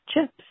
chips